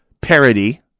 parody